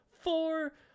Four